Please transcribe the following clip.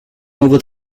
over